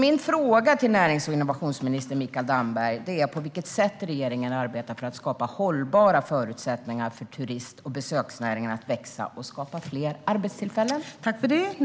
Min fråga till närings och innovationsminister Mikael Damberg är på vilket sätt regeringen arbetar för att skapa hållbara förutsättningar för turist och besöksnäringen att växa och skapa fler arbetstillfällen.